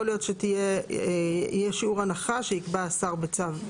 להיות שיהיה שיעור הנחה שיקבע השר בצו.